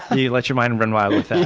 you let your mind run wild with and